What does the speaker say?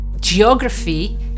Geography